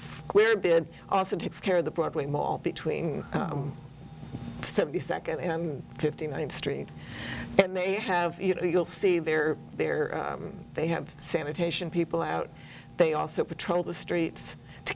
square bid also takes care of the broadway mall between seventy second and fifty ninth street and they have you know you'll see they are there they have sanitation people out they also patrol the streets to